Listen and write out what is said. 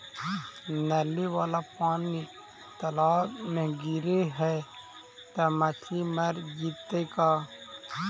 नली वाला पानी तालाव मे गिरे है त मछली मर जितै का?